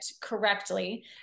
correctly